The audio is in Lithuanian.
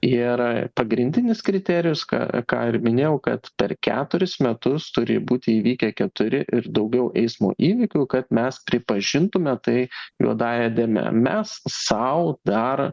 ir pagrindinis kriterijus ką ką ir minėjau kad per keturis metus turi būti įvykę keturi ir daugiau eismo įvykių kad mes pripažintume tai juodąja dėme mes sau dar